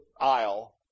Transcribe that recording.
aisle